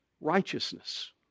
righteousness